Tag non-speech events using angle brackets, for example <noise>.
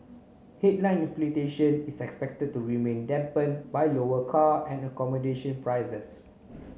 headline <unintelligible> is expected to remain dampened by lower car and accommodation prices